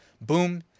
boom